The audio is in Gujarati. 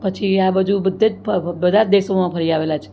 પછી આ બાજુ બધે જ બધા જ દેશોમાં ફરી આવેલા છે